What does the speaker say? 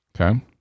Okay